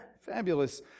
fabulous